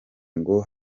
ngo